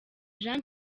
jean